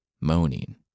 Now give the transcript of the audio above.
moaning